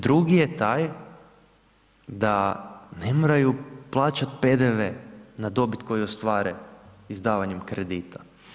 Drugi je taj da ne moraju plaćat PDV na dobit koju ostvare izdavanjem kredita.